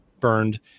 burned